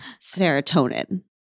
serotonin